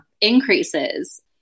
increases